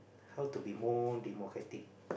how to be more democratic